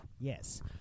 Yes